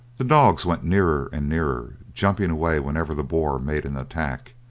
the dogs went nearer and nearer, jumping away whenever the boar made an attack.